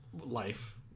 Life